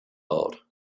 out